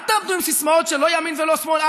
אל תעמדו עם סיסמאות שלא ימין ולא שמאל,